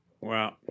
Wow